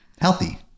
healthy